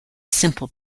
simple